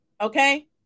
Okay